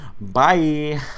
Bye